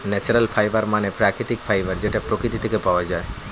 natural fibre মানে প্রাকৃতিক fibre যেটা প্রকৃতি থেকে পাওয়া যায়